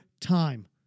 time